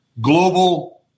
global